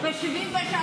כן.